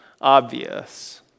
obvious